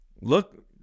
Look